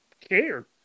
care